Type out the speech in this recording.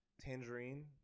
Tangerine